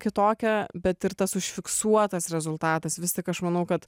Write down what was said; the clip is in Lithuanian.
kitokia bet ir tas užfiksuotas rezultatas vis tik aš manau kad